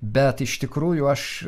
bet iš tikrųjų aš